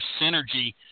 synergy